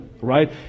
right